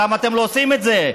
למה אתם לא עושים את זה?